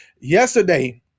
yesterday